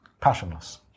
passionless